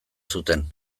zuten